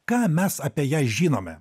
ką mes apie ją žinome